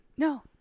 No